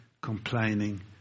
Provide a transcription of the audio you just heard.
complaining